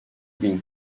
bin